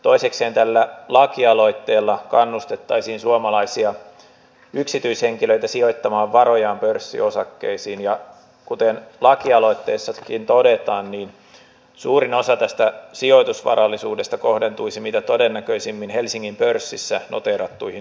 toisekseen tällä lakialoitteella kannustettaisiin suomalaisia yksityishenkilöitä sijoittamaan varojaan pörssiosakkeisiin ja kuten lakialoitteessakin todetaan niin suurin osa tästä sijoitusvarallisuudesta kohdentuisi mitä todennäköisimmin helsingin pörssissä noteerattuihin yhtiöihin